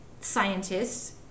scientists